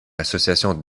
association